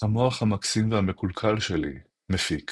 המוח המקסים והמקולקל שלי,, מפיק